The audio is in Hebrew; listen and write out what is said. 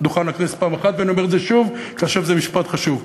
דוכן הכנסת פעם אחת ואני אומר את זה שוב כי עכשיו זה משפט חשוב.